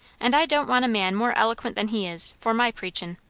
and i don't want a man more eloquent than he is, for my preachin'.